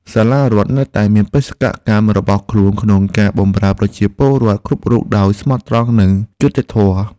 សាលារដ្ឋនៅតែបន្តបេសកកម្មរបស់ខ្លួនក្នុងការបម្រើប្រជាពលរដ្ឋគ្រប់រូបដោយស្មោះត្រង់និងមានយុត្តិធម៌។